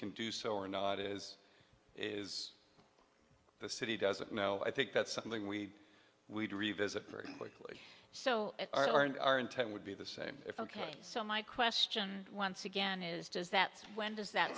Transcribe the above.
can do so or not is is the city doesn't know i think that's something we we'd revisit very quickly so our and our intent would be the same if ok so my question once again is does that when does that